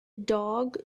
dog